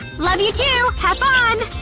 love you, too! have fun!